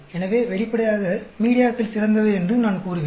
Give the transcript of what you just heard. எனவே வெளிப்படையாக மீடியாக்கள் சிறந்தவை என்று நான் கூறுவேன்